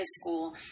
school